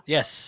Yes